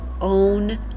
own